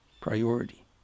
priority